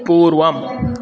पूर्वम्